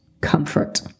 comfort